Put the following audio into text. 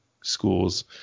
schools